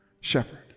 shepherd